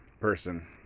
person